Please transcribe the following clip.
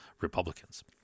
Republicans